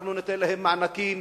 אנחנו ניתן להם מענקים,